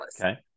Okay